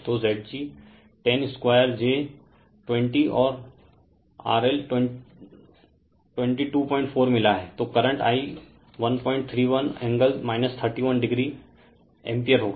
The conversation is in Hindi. तो Zg102j20 और RL 224 मिला हैं तो करंट I 131 317 डिग्री एम्पीयरहोगा